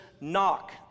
knock